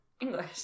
english